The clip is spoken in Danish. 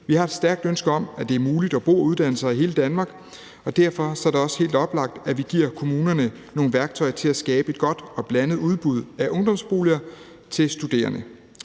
Vi har et stærkt ønske om, at det er muligt at bo og uddanne sig i hele Danmark, og derfor er det også helt oplagt, at vi giver kommunerne nogle værktøjer til at skabe et godt og blandet udbud af ungdomsboliger til studerende.